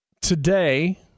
today